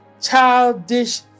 childish